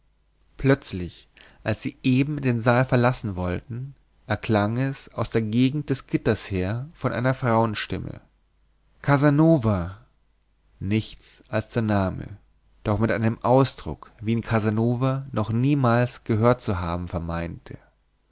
plötzlich als sie eben den saal verlassen wollten erklang es aus der gegend des gitters her von einer frauenstimme casanova nichts als der name doch mit einem ausdruck wie ihn casanova noch niemals gehört zu haben